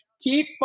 Keep